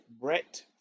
Brett